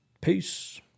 Peace